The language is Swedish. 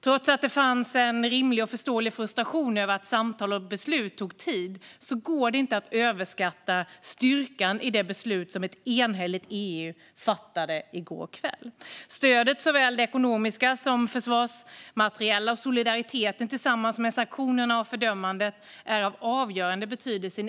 Trots att det fanns en rimlig och förståelig frustration över att samtal och beslut tog tid går det inte att överskatta styrkan i det beslut som ett enigt EU fattade i går kväll. Stödet, såväl det ekonomiska som det försvarsmateriella, och solidariteten tillsammans med sanktionerna och fördömandet är av avgörande betydelse